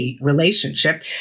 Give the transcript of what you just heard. relationship